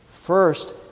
First